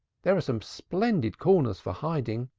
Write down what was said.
there are some splendid corners for hiding,